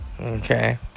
Okay